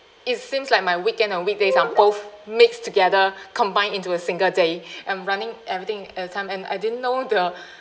it seems like my weekend and weekdays on both mixed together combined into a single day I'm running everything at the time and I didn't know the